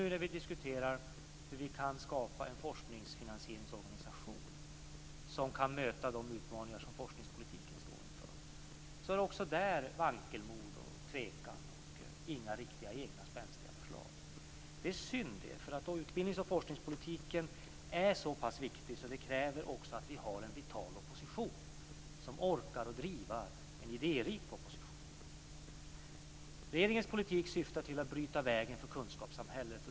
Nu när vi diskuterar hur vi kan skapa en forskningsfinansieringsorganisation som kan möta de utmaningar som forskningspolitiken står inför är det också där vankelmod och tvekan och inga riktiga egna spänstiga förslag. Det är synd. Utbildnings och forskningspolitiken är så pass viktig att det kräver att vi har en vital opposition som orkar att driva en idérik opposition. Regeringens politik syftar till att bryta väg för kunskapssamhället.